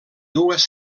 dues